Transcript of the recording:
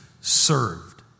served